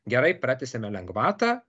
gerai pratęsėme lengvatą